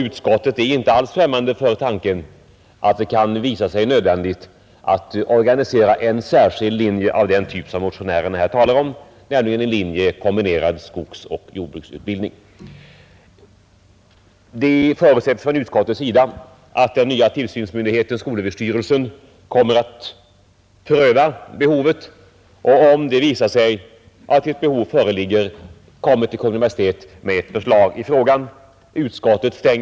Utskottet är inte alls främmande för tanken att det kan visa sig nödvändigt att införa en särskild linje av den typ som motionären här talat om, nämligen en kombinerad skogsoch jordbruksutbildning. Det förutsättes från utskottets sida att den nya tillsynsmyndigheten, skolöverstyrelsen, kommer att pröva behovet av en sådan linje och, om det visar sig att ett sådant behov föreligger, kommer med ett förslag i frågan till Kungl. Maj:t.